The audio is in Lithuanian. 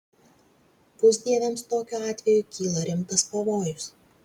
pusdieviams tokiu atveju kyla rimtas pavojus